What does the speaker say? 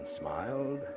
smiled